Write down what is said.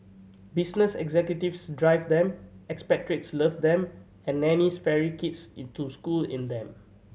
business executives drive them expatriates love them and nannies ferry kids it to school in them